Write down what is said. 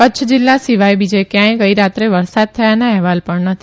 કચ્છ જિલ્લા સિવાય બીજે ક્યાંય ગઇરાત્રે વરસાદ થયાના અહેવાલ પણ નથી